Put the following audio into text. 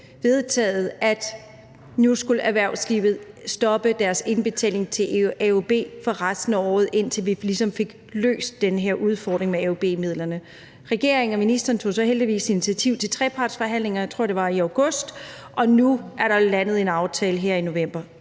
vedtaget, at nu skulle erhvervslivet stoppe deres indbetaling til AUB for resten af året, indtil vi ligesom fik løst den her udfordring med AUB-midlerne. Regeringen og ministeren tog så heldigvis initiativ til trepartsforhandlinger – jeg tror, det var i august – og nu er der landet en aftale her i november,